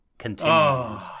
continues